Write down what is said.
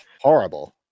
horrible